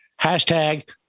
Hashtag